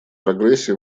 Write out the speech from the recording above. прогрессе